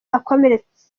akomeretsa